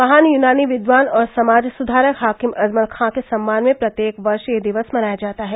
महान यूनानी विद्वान और समाज सुधारक हाकिम अजमल खां के सम्मान में प्रत्येक वर्ष यह दिवसे मनाया जाता है